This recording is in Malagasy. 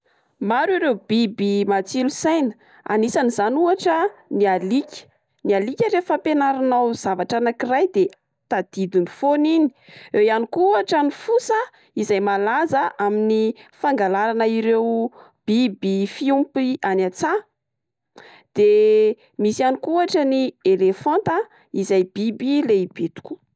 Maro ireo biby matsilo saina, anisan'izany ohatra ny alika. Ny alika rehefa ampenarinao zavatra anak'iray de tadidiny foana iny, eo ihany koa ohatra ny fosa izay malaza amin'ny fangalarana ireo biby fihompy any antsaha de misy ihany koa ohatra ny elefanta izay biby lehibe tokoa.